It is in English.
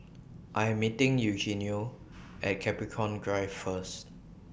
I Am meeting Eugenio At Capricorn Drive First